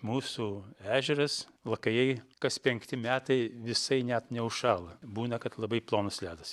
mūsų ežeras lakajai kas penkti metai visai net neužšąla būna kad labai plonas ledas